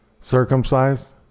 circumcised